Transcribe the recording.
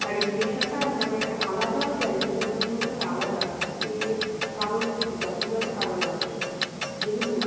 আর এই পেশাটা মানে আলাদা কেন তুলনামূলকভাবে আলাদা এর কারণ যথাযথ কারণ আছে যেহেতু